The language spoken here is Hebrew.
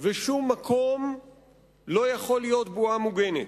ושום מקום לא יכול להיות בועה מוגנת.